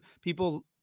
people